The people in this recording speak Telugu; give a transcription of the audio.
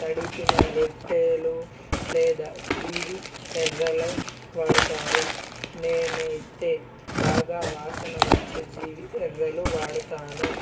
తడిపిన రొట్టెలు లేదా జీవి ఎర్రల వాడతారు నేనైతే బాగా వాసన వచ్చే జీవి ఎర్రలు వాడతాను